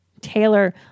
Taylor